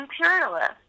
imperialist